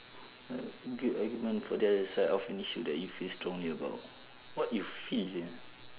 good argument for the other side of an issue that you feel strongly about what you feel